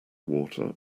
water